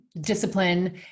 discipline